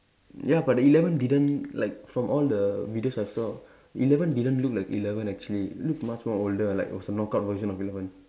ya but the eleven didn't like from all the videos I saw eleven didn't look like eleven actually looked much more older like was some knockout version of eleven